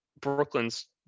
Brooklyn's